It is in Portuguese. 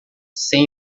sem